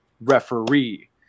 referee